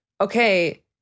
okay